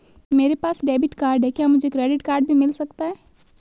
मेरे पास debit card है क्या मुझे क्रेडिट कार्ड भी मिल सकता है?